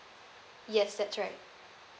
yes that's right